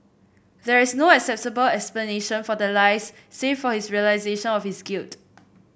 there is no acceptable explanation for the lies save for his realisation of his guilt